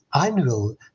annual